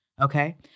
okay